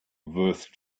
worth